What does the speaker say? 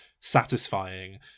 satisfying